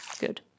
Good